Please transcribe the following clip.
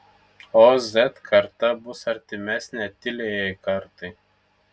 o z karta bus artimesnė tyliajai kartai